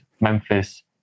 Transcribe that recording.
Memphis